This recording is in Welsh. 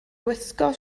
gwisgo